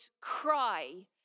cry